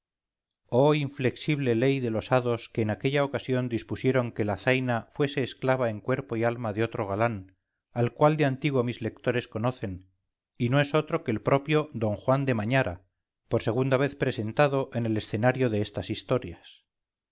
oh inflexible ley de los hados que en aquella ocasión dispusieron que la zaina fuese esclava en cuerpo y alma de otro galán al cual de antiguo mis lectores conocen y no es otro que el propio don juan de mañara por segunda vez presentado en el escenario de estas historias